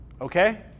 okay